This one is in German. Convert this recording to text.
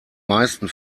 meisten